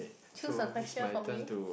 choose a question for me